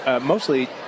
mostly